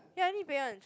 ya need pay one